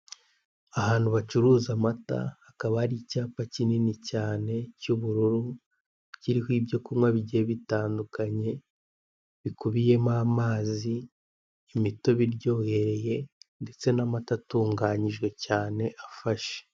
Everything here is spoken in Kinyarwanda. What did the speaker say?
Ahantu bacuruza amata hakaba hari icyapa kinini cyane cy'ubururu kiriho ibyo kunywa bigiye bitandukanye bikubiyemo amazi, imitobe iryohereye ndetse n'amata atunganyijwe cyane afashe.